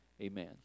Amen